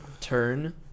turn